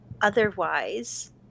otherwise